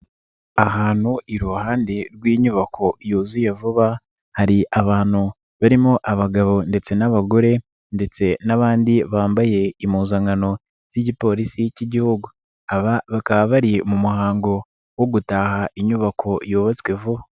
Ahantu iruhande rw'inyubako yuzuye vuba hari abantu barimo abagabo ndetse n'abagore ndetse n'abandi bambaye impuzankano z'igipolisi cy'Igihugu, aba bakaba bari mu muhango wo gutaha inyubako yubatswe vuba.